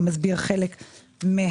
זה מסביר חלק מהסכומים.